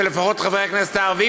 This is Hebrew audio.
ולפחות חברי הכנסת הערבים,